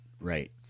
right